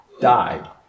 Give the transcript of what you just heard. died